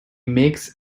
makes